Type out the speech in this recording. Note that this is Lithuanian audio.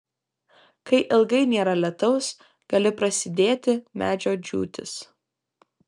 kai ilgai nėra lietaus gali prasidėti medžio džiūtis